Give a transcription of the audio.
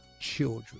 children